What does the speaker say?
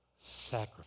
sacrifice